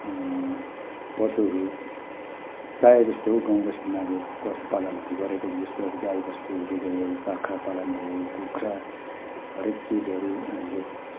पशुहरू प्रायः जस्तो गाउँ बस्तीमा अब पशु पालनहरू गरेको जस्तो गाई बस्तुहरू भयो बाख्रा पालन भयो कुखुरा हरेक चिजहरू हामीले